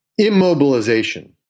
immobilization